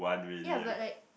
ya but like